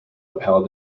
upheld